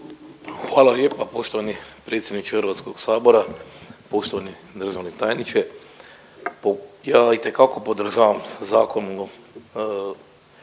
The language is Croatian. Hvala lijepa poštovani predsjedniče Hrvatskog sabora, poštovani državni tajniče. Ja itekako podržavam sa zakonom